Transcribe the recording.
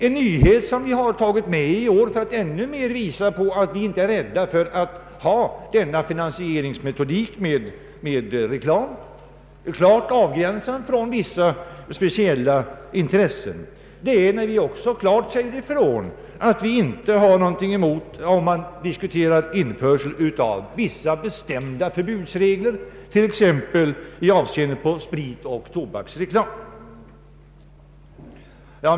En nyhet som vi har tagit med i år för att ännu mer visa att vi inte är rädda för reklamfinansiering, klart avgränsad från vissa speciella intressen, är att vi klart säger ifrån att vi inte har någonting emot att diskutera införande av vissa bestämda förbudsregler, t.ex. i avseende på spritoch tobaksreklam.